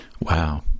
Wow